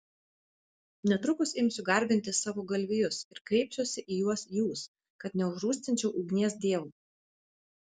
netrukus imsiu garbinti savo galvijus ir kreipsiuosi į juos jūs kad neužrūstinčiau ugnies dievo